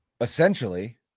essentially